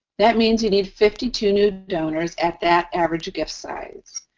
that means you need fifty two new donors at that average gift size.